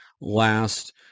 last